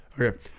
Okay